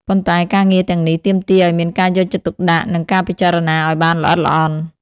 ប៉ុន្តែការងារទាំងនេះទាមទារឲ្យមានការយកចិត្តទុកដាក់និងការពិចារណាឲ្យបានល្អិតល្អន់។